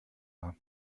war